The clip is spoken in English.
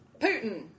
Putin